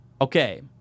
Okay